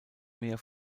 meer